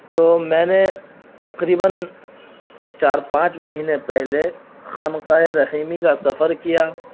تو میں نے تقریباً چار پانچ مہینے پہلے خانقاہ رحیمی کا سفر کیا